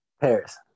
Paris